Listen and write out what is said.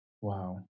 Wow